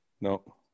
No